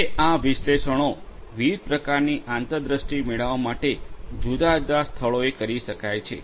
હવે આ વિશ્લેષણો વિવિધ પ્રકારની આંતરદૃષ્ટિ મેળવવા માટે જુદા જુદા સ્થળોએ કરી શકાય છે